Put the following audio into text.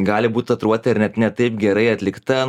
gali būt tatuiruotė ar net ne taip gerai atlikta